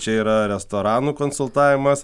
čia yra restoranų konsultavimas